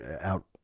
out